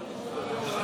אני לא מדבר על העונש.